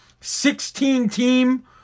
16-team